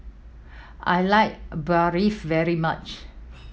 I like Barfi very much